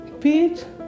Pete